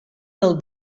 del